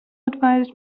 advised